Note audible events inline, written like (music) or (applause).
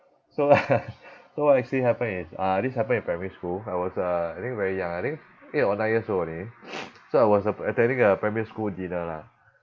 so uh so what actually happened is uh this happened in primary school I was uh I think very young I think eight or nine years old only (breath) so I was a~ attending a primary school dinner lah